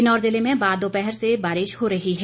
किन्नौर जिले में बाद दोपहर से बारिश हो रही है